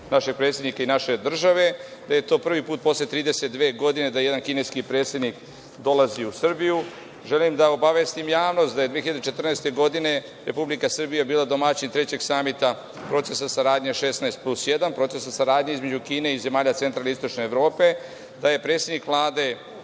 našeg predsednika i naše države, da je to prvi put posle 32 godine da jedan kineski predsednik dolazi u Srbiju. želim da obavestim javnost da je 2014. godine Republika Srbija bila domaćin Trećeg samita procesa saradnje 16 plus jedan, procesa saradnje između Kine i zemalja centralne i istočne Evrope, da je predsednik Vlade